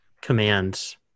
commands